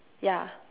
yeah